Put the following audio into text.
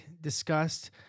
discussed